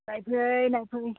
नायफै नायफै